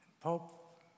Pope